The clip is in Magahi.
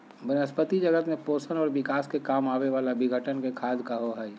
वनस्पती जगत में पोषण और विकास के काम आवे वाला विघटन के खाद कहो हइ